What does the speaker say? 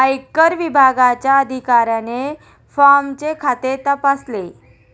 आयकर विभागाच्या अधिकाऱ्याने फॉर्मचे खाते तपासले